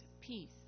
peace